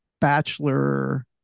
bachelor